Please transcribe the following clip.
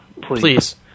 please